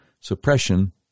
suppression